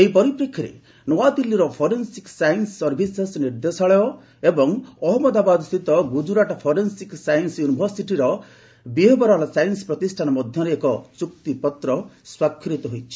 ଏହି ପରିପ୍ରେକ୍ଷିରେ ନୁଆଦିଲ୍ଲୀର ଫରେନ୍ସିକ୍ ସାଇନ୍ ସର୍ଭିସେସ୍ ନିର୍ଦ୍ଦେଶାଳୟ ଏବଂ ଅହଜ୍ଞଦାବାଦ ସ୍ଥିତ ଗୁଜରାଟ ଫରେନ୍ସିକ୍ ସାଇନ୍ ୟୁନିଭରସିଟିର ବିହେଭରାଲ୍ ସାଇନ୍ସ ପ୍ରତିଷ୍ଠାନ ମଧ୍ୟରେ ଏକ ଚୁକ୍ତିପତ୍ର ସ୍ୱାକ୍ଷରିତ ହୋଇଛି